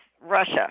Russia